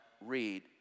read